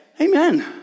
Amen